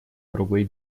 другой